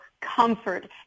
comfort